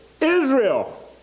Israel